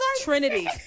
Trinity